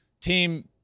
Team